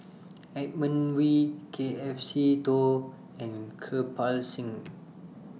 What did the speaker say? Edmund Wee K F Seetoh and Kirpal Singh